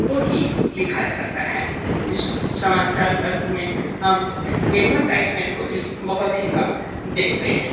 को ही लिखा जाता है इस समाचार पत्र में हम एडवर्टाइज़मेंट को भी बहुत ही कम देखते हैं